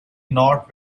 not